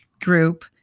group